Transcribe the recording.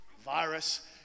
virus